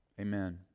Amen